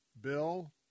Bill